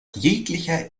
jeglicher